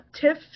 Tiff